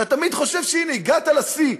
אתה תמיד חושב שהנה, הגעת לשיא,